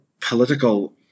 political